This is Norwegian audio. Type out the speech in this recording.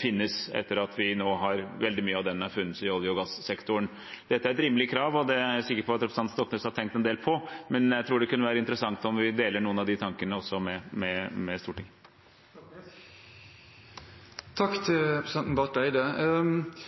finnes etter at veldig mye av den har funnes i olje- og gassektoren? Dette er et rimelig krav, og det er jeg sikker på at representanten Stoknes har tenkt en del på. Men jeg tror det kan være interessant om vi også deler noen av de tankene med